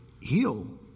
heal